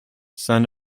son